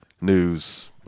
news